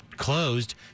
closed